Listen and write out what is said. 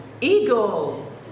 eagle